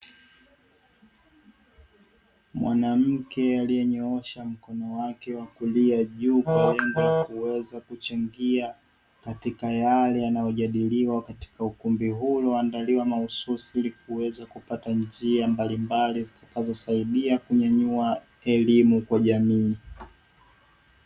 Mwanamke aliyenyoosha mkono wake wa kulia juu ya kuweza kuchangia katika yale yanayojadiliwa katika ukumbi uandaliwa mahususi ili tuweze kupata njia mbalimbali zitakazosaidia kunyanyua elimu kwa jamii.